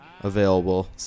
available